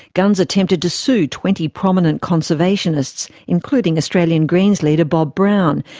gunns attempted to sue twenty prominent conservationists, including australian greens leader bob brown,